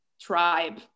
tribe